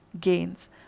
gains